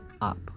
up